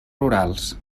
rurals